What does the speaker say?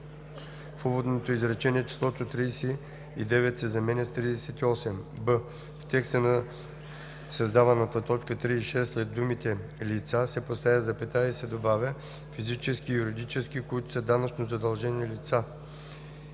в уводното изречение числото „39“ се заменя с „38“; б) в текста на създаваната т. 36 след думата „лица“ се поставя запетая и се добавя „физически и юридически, които са данъчно задължени лица